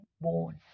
born